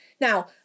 Now